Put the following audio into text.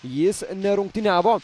jis nerungtyniavo